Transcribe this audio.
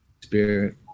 Spirit